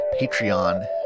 Patreon